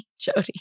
Jody